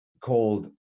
called